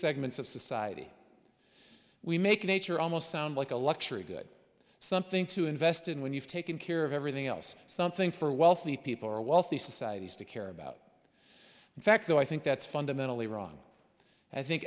segments of society we make nature almost sound like a luxury good something to invest in when you've taken care of everything else something for wealthy people or wealthy societies to care about in fact though i think that's fundamentally wrong i think